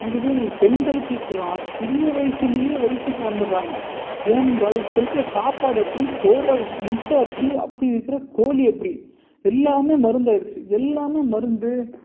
இதுவே நீங்க பெண்களுக்கு இப்போல்லாம் சிறிய வயதுலயே வயதுக்கு வந்துடறாங்க ஏனென்றால் இருப்பை இருக்கிற சாப்பாடு அப்படி போடுற முட்டை அப்படி அப்படி இருக்கிற கோழி அப்படி எல்லாமே மருந்தாயிருச்சு எல்லாமே மருந்து